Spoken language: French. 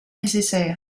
nécessaire